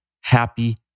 happy